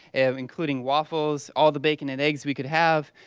including waffles, all the bacon and eggs we could have.